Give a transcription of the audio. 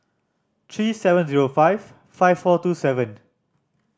three seven zero five five four two seven